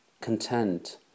content